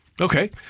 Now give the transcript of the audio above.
Okay